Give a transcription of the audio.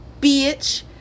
bitch